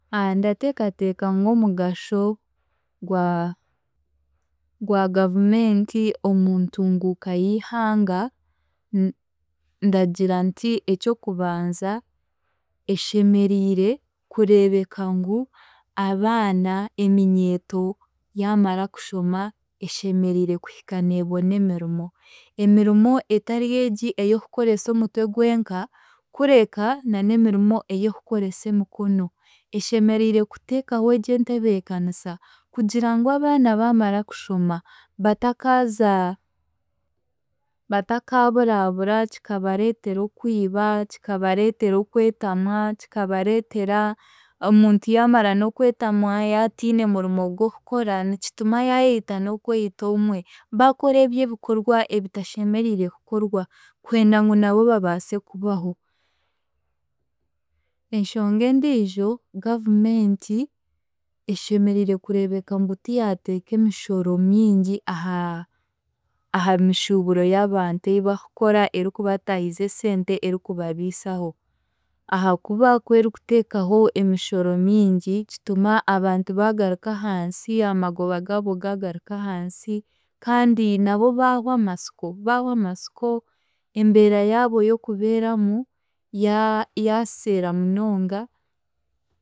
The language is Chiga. ndateekateeka ngu omugasho gwa- gwa gavumenti omu ntunguuka y'eighanga ndagira nti eky'okubanza eshemeriire kureebeka ngu abaana, eminyeeto yaamara kushoma, eshemeriire kuhika neebona emirimo, emirimo etari egi ey'okukoresa omutwe gwenka kureka na n'emirimo ey'okukoresa emikono, eshemeriire kuteekaho egyo entebeekanisa kugira ngu abaana baamara kushoma batakaaza, batakaaburaabura kikabareetera okwiba, kikabareetera okwetamwa, kikareetera omuntu yaamara n'okwetamwa yaatiine murimo gw'okukora nikituma yaayeita n'okweita yaayeita obumwe, baakora ebyo ebikorwa ebitashemeriire kukorwa kwenda ngu nabo baabaasa kubaho. Enshonga endiijo gavumenti eshemeriire kureebeka ngu tiyaateeka emishoro mingi aha aha mishuuburo y'abantu ei bakukora erikubataahiza esente, erikubabiisaho ahaakuba kwerikuteekaho emishoro mingi kituma abantu baagaruka ahansi, amagoba gaabo gaagaruka ahansi kandi nabo baahwa amasiko, baahwa amasiko, embeera yaabo y'okubeeramu ya- yaaseera munonga